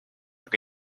aga